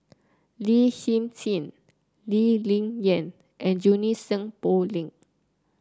Lin Hsin Hsin Lee Ling Yen and Junie Sng Poh Leng